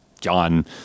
John